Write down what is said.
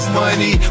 money